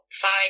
five